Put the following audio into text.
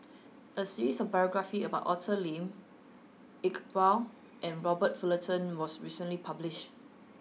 a series of biographies about Arthur Lim Iqbal and Robert Fullerton was recently published